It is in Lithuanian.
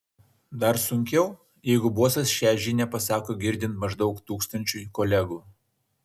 dar sunkiau jeigu bosas šią žinią pasako girdint maždaug tūkstančiui kolegų